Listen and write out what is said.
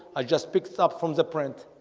i just picked up from the print